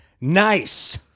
Nice